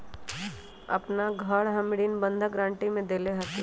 अपन घर हम ऋण बंधक गरान्टी में देले हती